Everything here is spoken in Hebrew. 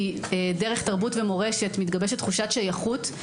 כי דרך תרבות ומורשת מתגבשת תחושת שייכות,